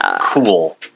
Cool